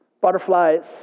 butterflies